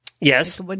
Yes